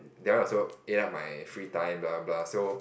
that one also ate up my free time blah blah blah so